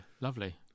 lovely